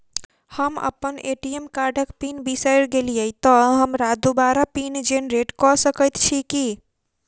हम अप्पन ए.टी.एम कार्डक पिन बिसैर गेलियै तऽ हमरा दोबारा पिन जेनरेट कऽ सकैत छी की?